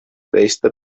teiste